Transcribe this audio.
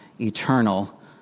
eternal